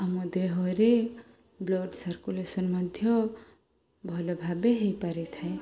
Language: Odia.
ଆମ ଦେହରେ ବ୍ଲଡ଼ ସାର୍କୁଲେସନ୍ ମଧ୍ୟ ଭଲ ଭାବେ ହେଇପାରିଥାଏ